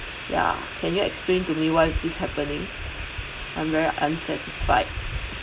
ya can you explain to me why is this happening I'm very unsatisfied